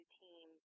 team